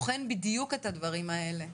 וכמו שאתה תיארת אותם כרגע,